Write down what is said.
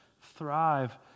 thrive